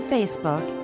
Facebook